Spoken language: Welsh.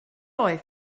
oedd